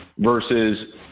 Versus